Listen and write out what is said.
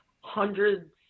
hundreds